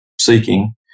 seeking